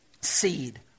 seed